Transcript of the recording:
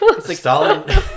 Stalin